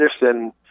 Anderson